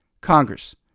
Congress